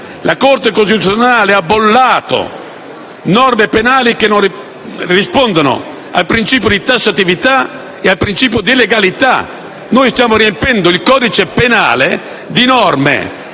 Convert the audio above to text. La Corte costituzionale ha bollato tali norme penali come non rispondenti al principio di tassatività e al principio di legalità. Noi stiamo riempiendo il codice penale di norme